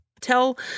Tell